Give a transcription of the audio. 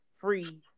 free